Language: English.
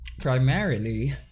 Primarily